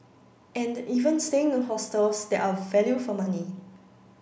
and even staying in hostels that are value for money